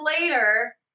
later